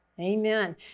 Amen